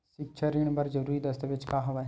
सिक्छा ऋण बर जरूरी दस्तावेज का हवय?